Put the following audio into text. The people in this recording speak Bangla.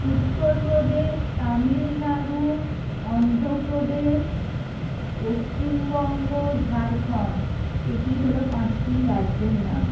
উত্তর প্রদেশ তামিলনাড়ু অন্ধ্র প্রদেশ পশ্চিমবঙ্গ ঝাড়খন্ড এটি হলো পাঁচটি রাজ্যের নাম